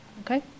Okay